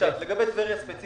לגבי טבריה ספציפית.